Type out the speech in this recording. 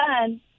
done